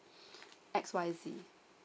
X Y Z